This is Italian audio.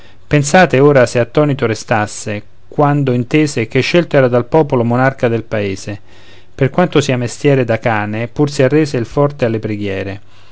pensate ora se attonito restasse quando intese che scelto era dal popolo monarca del paese per quanto sia mestiere da cane pur si arrese il forte alle preghiere